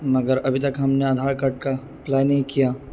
مگر ابھی تک ہم نے آدھار کارڈ کا اپلائی نہیں کیا